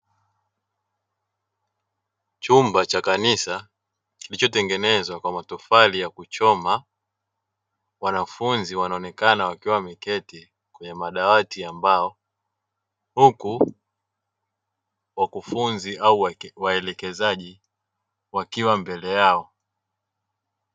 Chumba cha kanisa kilichotengenezwa kwa matofali ya kuchoma, wanafunzi wanaonekana wakiwa wameketi kwenye madawati ya mbao huku wakufunzi au waelekezaji wakiwa mbele yao.